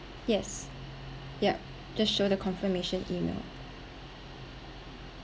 yes yup just show the confirmation email